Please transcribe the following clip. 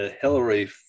Hillary